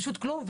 פשוט כלום,